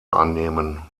annehmen